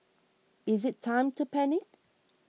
is it time to panic